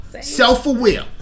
self-aware